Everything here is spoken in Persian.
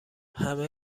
همه